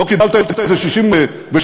לא קיבלת את זה 67 שנים,